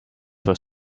for